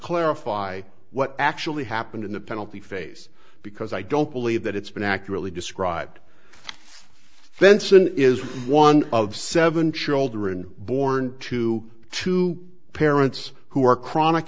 clarify what actually happened in the penalty phase because i don't believe that it's been accurately described fence and is one of seven children born to two parents who are chronic